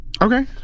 Okay